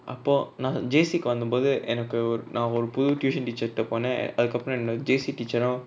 அப்போ நா:appo na J_C கு வந்த போது எனக்கு ஒரு நா ஒரு புது:ku vantha pothu enaku oru na oru puthu tuition teacher ட போன அதுகப்ரோ இன்னொரு:ta pona athukapro innoru J_C teacher uh